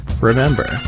Remember